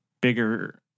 bigger